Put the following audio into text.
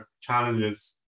challenges